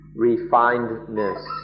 refinedness